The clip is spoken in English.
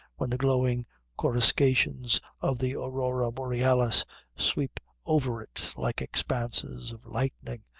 when the glowing corruscations of the aurora borealis sweep over it like expanses of lightning,